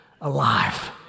alive